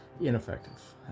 Ineffective